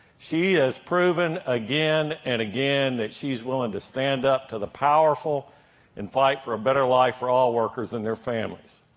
she has proven again and again that she's willing to stand up to the powerful and fight for better life for all workers and their families.